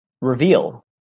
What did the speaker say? reveal